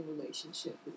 relationship